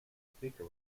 speaker